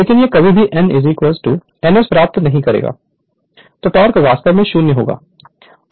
लेकिन यह कभी भी n n s प्राप्त नहीं करेगा तो टोक़ वास्तव में 0 होगा